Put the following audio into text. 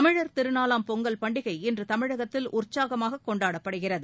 தமிழ் திருநாளாம் பொங்கல் பண்டிகை இன்று தமிழகம் முழுவதும் உற்சாகமாக கொண்டாடப்படுகிறது